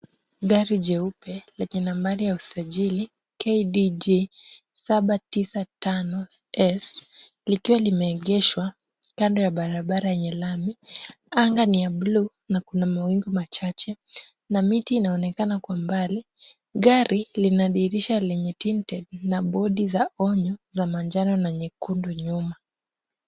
Gari jeupe lenye nambari ya usafiri KDG795S likiwa limeegeshwa kando ya barabara yenye lami ,anga ni ya bluu na kuna mawingu machache, na miti inaonekana kwa umbali ,gari lina dirisha lenye tinted na bodi za onyo za manjano na nyekundu nyuma .